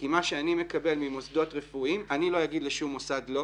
כי מה שאני מקבל ממוסדות רפואיים אני לא אגיד לשום מוסד לא,